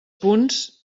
punts